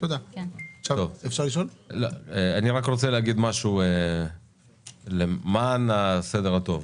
אני רק רוצה להגיד למען הסדר הטוב.